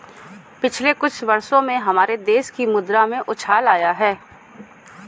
पिछले कुछ वर्षों में हमारे देश की मुद्रा में उछाल आया है